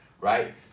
right